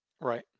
Right